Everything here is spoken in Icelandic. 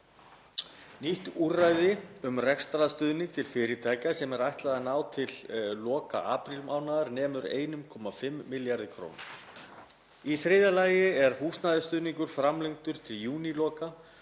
Nýtt úrræði um rekstrarstuðning til fyrirtækja sem ætlað er að ná til loka aprílmánaðar nemur 1,5 milljörðum kr. Í þriðja lagi er húsnæðisstuðningur framlengdur til júníloka